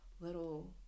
little